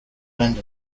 bend